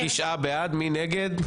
9 נגד,